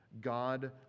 God